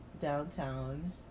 downtown